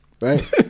right